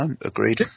agreed